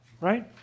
right